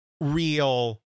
real